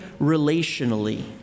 relationally